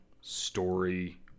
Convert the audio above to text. story